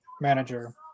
manager